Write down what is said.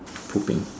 pooping